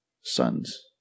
sons